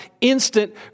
instant